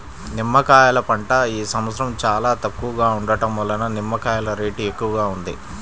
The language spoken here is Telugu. నిమ్మకాయల పంట ఈ సంవత్సరం చాలా తక్కువగా ఉండటం వలన నిమ్మకాయల రేటు ఎక్కువగా ఉంది